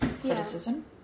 criticism